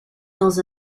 dans